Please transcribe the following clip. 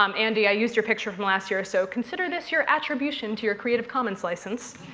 um andy, i used your picture from last year. so consider this your attribution to your creative commons license.